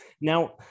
Now